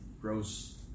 gross